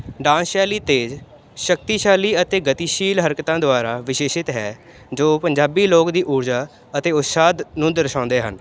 dance ਸ਼ੈਲੀ ਤੇਜ਼ ਸ਼ਕਤੀਸ਼ਾਲੀ ਅਤੇ ਗਤੀਸ਼ੀਲ ਹਰਕਤਾਂ ਦੁਆਰਾ ਵਿਸ਼ੇਸ਼ਿਤ ਹੈ ਜੋ ਪੰਜਾਬੀ ਲੋਕ ਦੀ ਊਰਜਾ ਅਤੇ ਉਤਸ਼ਾਹ ਨੂੰ ਦਰਸਾਉਂਦੇ ਹਨ